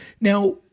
Now